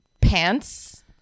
pants